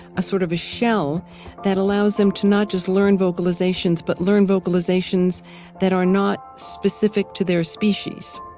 a sort of a shell that allows them to not just learn vocalizations but learn vocalizations that are not specific to their species